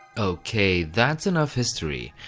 ok, that's enough history.